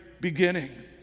beginning